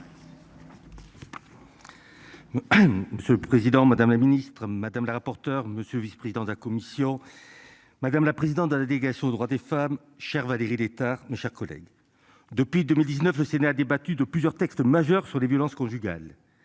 Monsieur le président, madame la ministre madame la rapporteure monsieur vice-président de la commission. Madame la présidente de la délégation aux droits des femmes. Chère Valérie Létard, mes chers collègues. Depuis 2019, le Sénat débattu de plusieurs textes majeurs sur les violences conjugales.